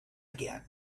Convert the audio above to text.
again